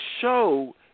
show